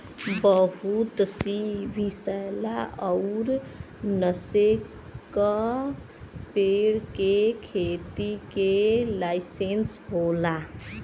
बहुत सी विसैला अउर नसे का पेड़ के खेती के लाइसेंस होला